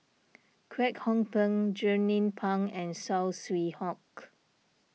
Kwek Hong Png Jernnine Pang and Saw Swee Hock